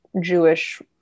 Jewish